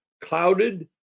clouded